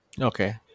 Okay